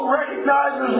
recognizes